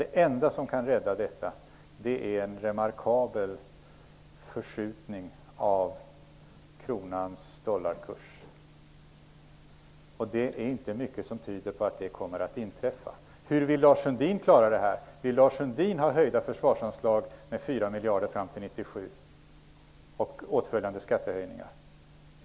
Det enda som kan rädda detta är en remarkabel förskjutning av dollarkursen i förhållande till kronan. Det är inte mycket som tyder på att det kommer att inträffa. Hur vill Lars Sundin klara det här? Vill Lars Sundin ha höjda försvarsanslag med 4 miljarder fram till 1997 med åtföljande skattehöjningar?